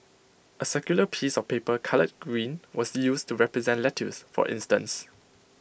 A circular piece of paper coloured green was used to represent lettuce for instance